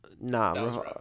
Nah